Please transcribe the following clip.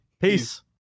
Peace